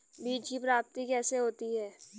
बीज की प्राप्ति कैसे होती है?